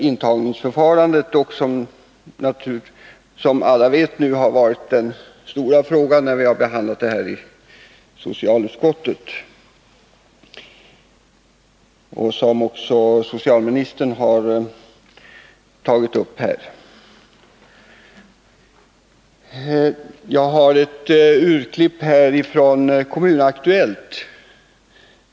Intagningsförfarandet har, som alla vet, varit den stora frågan när vi har behandlat det här ärendet i socialutskottet — också socialministern har berört detta. Jag har här ett urklipp från Kommun-Aktuellt.